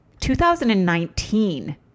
2019